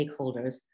stakeholders